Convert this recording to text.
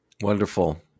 Wonderful